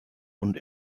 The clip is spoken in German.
und